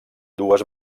dues